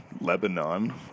Lebanon